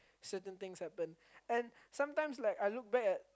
certain things happen and sometimes like I look back at